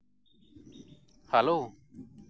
hello